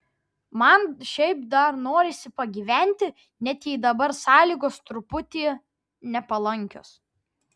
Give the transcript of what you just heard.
man šiaip dar norisi pagyventi net jei dabar sąlygos truputį nepalankios